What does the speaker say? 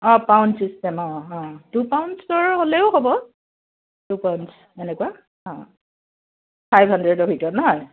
অ' pound system অ' অ' two পাউণ্ডছৰ হ'লেও হ'ব টু পাউণ্ডছ এনেকুৱা অ' ফাইভ হাণড্ৰেদৰ ভিতৰত নহয়